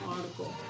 article